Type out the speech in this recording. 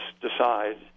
decide